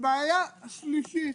בעיה שלישית,